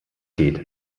geht